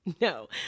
No